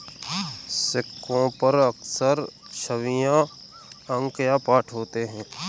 सिक्कों पर अक्सर छवियां अंक या पाठ होते हैं